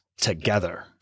together